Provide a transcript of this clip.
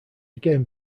again